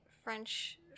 French